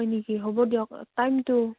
হয় নেকি হ'ব দিয়ক টাইমটো